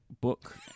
book